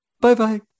Bye-bye